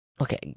Okay